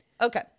okay